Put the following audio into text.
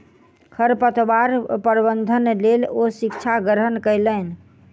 खरपतवार प्रबंधनक लेल ओ शिक्षा ग्रहण कयलैन